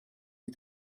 you